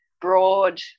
broad